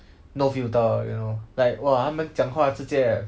no filter you know like !wah! 他们讲话直接 eh